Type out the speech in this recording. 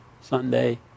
Sunday